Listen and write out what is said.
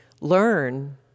learn